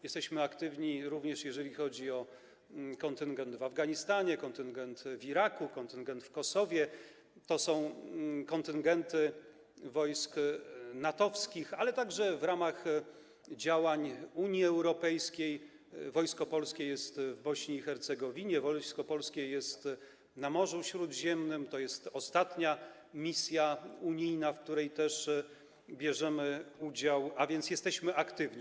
Jesteśmy aktywni również, jeżeli chodzi o kontyngent w Afganistanie, kontyngent w Iraku, kontyngent w Kosowie - to są kontyngenty wojsk natowskich, ale także w ramach działań Unii Europejskiej - Wojsko Polskie jest w Bośni i Hercegowinie, Wojsko Polskie jest na Morzu Śródziemnym, to jest ostatnia misja unijna, w której też bierzemy udział, a więc jesteśmy aktywni.